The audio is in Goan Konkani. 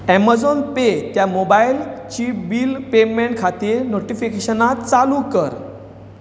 अमेझॉन पे त मोबायल ची बिल पेमेंट खातीर नोटीफिकेशनां चालू कर